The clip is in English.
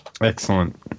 Excellent